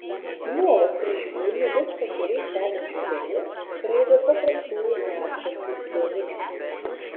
nuolat prižiūrimi viską akylai stebinčių tėvų skraido paprastųjų medšarkių jaunikliai